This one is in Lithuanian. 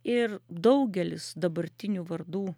ir daugelis dabartinių vardų